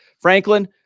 franklin